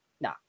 No